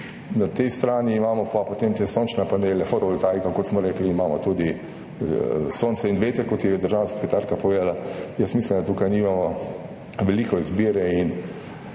na tej strani imamo pa potem te sončne panele, fotovoltaiko, kot smo rekli, imamo tudi sonce in veter, kot je povedala državna sekretarka. Jaz mislim, da tukaj nimamo veliko izbire in